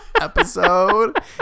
episode